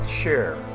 share